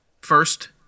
First